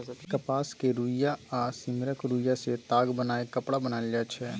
कपासक रुइया आ सिम्मरक रूइयाँ सँ ताग बनाए कपड़ा बनाएल जाइ छै